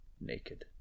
naked